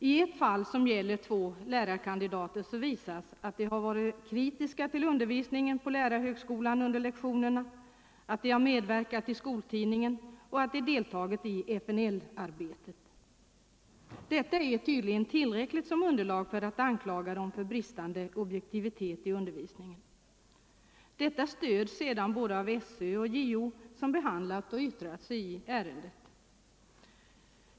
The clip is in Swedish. I ett fall, som gäller två lärarkandidater, visas att de har varit kritiska till undervisningen på lärarhögskolan under lektionerna, att de har medverkat i skoltidningen och att de har deltagit i FNL-arbetet. Detta är tydligen tillräckligt som underlag för att anklaga dem för bristande objektivitet i undervisningen. Den åsikten stöds sedan av både SÖ och JO, som har behandlat och yttrat sig i ärendet.